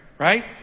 Right